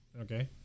Okay